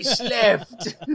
left